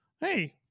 Hey